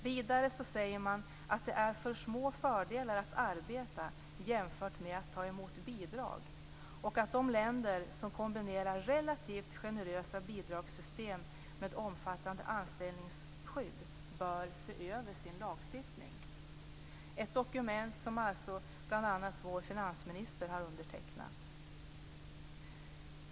Vidare sägs det att det är för små fördelar att arbeta jämfört med att ta emot bidrag och att de länder som kombinerar relativt generösa bidragssystem med omfattande anställningsskydd bör se över sin lagstiftning. Detta dokument har bl.a. vår finansminister undertecknat.